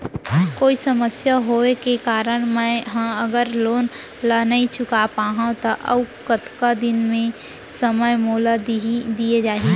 कोई समस्या होये के कारण मैं हा अगर लोन ला नही चुका पाहव त अऊ कतका दिन में समय मोल दीये जाही?